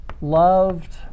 loved